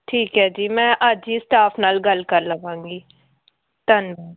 ਠੀਕ ਹੈ ਜੀ ਮੈਂ ਅੱਜ ਹੀ ਸਟਾਫ ਨਾਲ ਗੱਲ ਕਰ ਲਵਾਂਗੀ ਧੰਨਵਾਦ